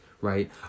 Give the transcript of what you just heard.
right